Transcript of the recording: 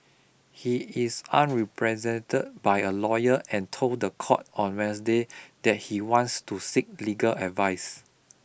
he is unrepresented by a lawyer and told the court on Wednesday that he wants to seek legal advice